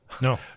No